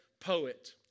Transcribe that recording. poet